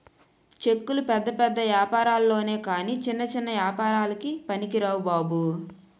చెక్కులు పెద్ద పెద్ద ఏపారాల్లొనె కాని చిన్న చిన్న ఏపారాలకి పనికిరావు బాబు